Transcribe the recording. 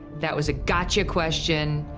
that was a gotcha question,